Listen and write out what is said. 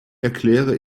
erkläre